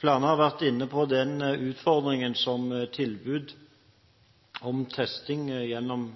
Flere har vært inne på den utfordringen som tilbud om testing gjennom